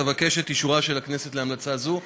אבקש את אישורה של הכנסת להמלצה זו.